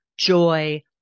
joy